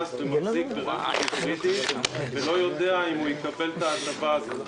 ברכב היברידי ולא יודע אם הוא יקבל את ההטבה הזו.